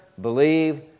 believe